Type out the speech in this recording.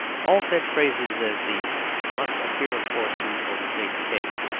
all such phrases as these must appear of course to overstate the case.